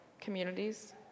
communities